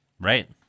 Right